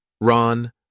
Ron